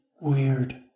Weird